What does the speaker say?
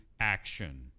action